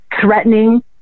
threatening